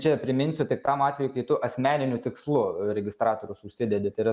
čia priminsiu tik tam atvejui kai tu asmeniniu tikslu registratorius užsidedi tai yra